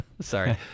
Sorry